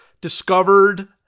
discovered